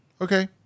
Okay